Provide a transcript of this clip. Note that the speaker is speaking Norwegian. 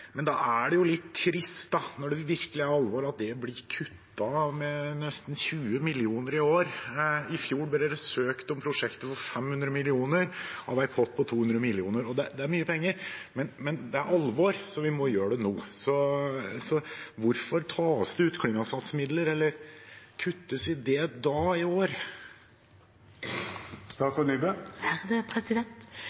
når det virkelig er alvor – blir kuttet med nesten 20 mill. kr i år. I fjor ble det søkt om støtte til prosjekter for 500 mill. kr av en pott på 200 mill. kr. Det er mye penger, men det er alvor, så vi må gjøre det nå. Hvorfor kuttes det